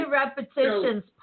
repetitions